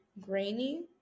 grainy